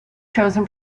chosen